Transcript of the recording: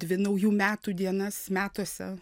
dvi naujų metų dienas metuose